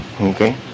okay